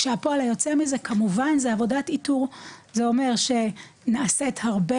כשהפועל היוצא מזה כמובן זה עבודת איתור זה אומר שנעשית הרבה